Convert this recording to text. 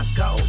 go